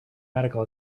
medical